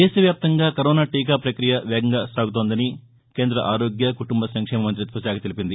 దేశవ్యాప్తంగా కరోనా టీకా పక్రియ వేగంగా సాగుతోందని కేంద ఆరోగ్య కుటుంబ సంక్షేమ మంతిత్వ శాఖ తెలిపింది